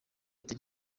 ati